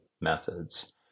methods